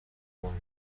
rwanda